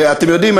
אתם יודעים,